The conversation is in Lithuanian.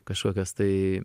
kažkokios tai